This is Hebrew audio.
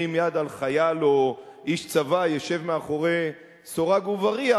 יד על חייל או איש צבא ישב מאחורי סורג ובריח,